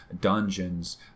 dungeons